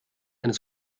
eines